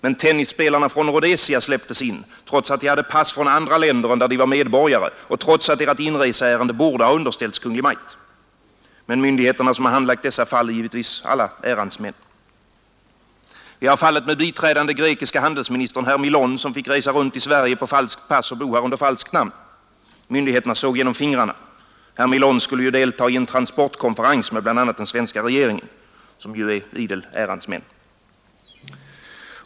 Men tennisspelarna från Rhodesia släpptes in trots att de hade pass från andra länder än där de var medborgare och trots att deras inreseärende borde underställts Kungl. Maj:t. Men myndigheterna som handlagt dessa fall är givetvis alla ärans män. Vi har fallet med biträdande grekiske handelsministern, herr Milon, som fick resa runt i Sverige på falskt pass och bo här under falskt namn. Myndigheterna såg genom fingrarna. Herr Milon skulle ju delta i en transportkonferens med bl.a. den svenska regeringen, som ju är idel ärans män.